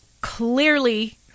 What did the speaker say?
clearly